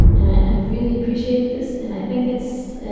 and i really appreciate this and i think it's,